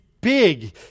big